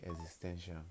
existential